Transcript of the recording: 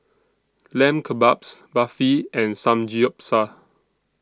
Lamb Kebabs Barfi and Samgeyopsal